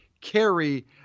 carry